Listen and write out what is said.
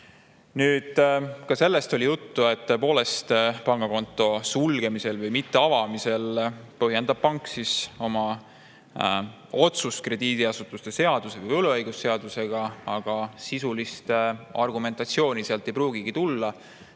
Ka sellest oli juttu, et pangakonto sulgemisel või mitteavamisel põhjendab pank oma otsust krediidiasutuste seaduse või võlaõigusseadusega, aga sisulist argumentatsiooni sealt ei pruugigi tulla.